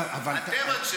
אתם אנשי שמאל.